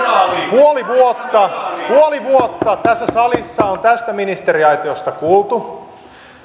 puoli vuotta tässä salissa on tästä ministeriaitiosta kuultu